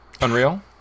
Unreal